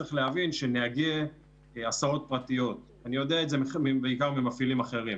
צריך להבין שנהגי הסעות פרטיות ואני יודע את זה בעיקר ממפעילים אחרים